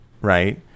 right